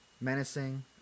menacing